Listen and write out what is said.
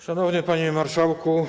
Szanowny Panie Marszałku!